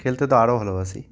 খেলতে তো আরও ভালবাসি